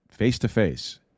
Face-to-face